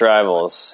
Rivals